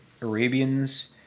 Arabians